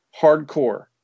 hardcore